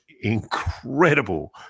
incredible